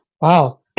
Wow